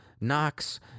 Knox